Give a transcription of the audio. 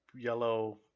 yellow